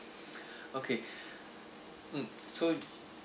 okay mm so